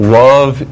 love